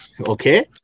Okay